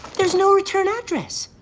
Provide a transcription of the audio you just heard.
there's no return address.